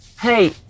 hey